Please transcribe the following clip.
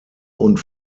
und